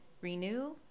renew